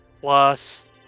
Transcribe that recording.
plus